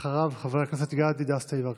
אחריו, חבר הכנסת גדי דסטה יברקן.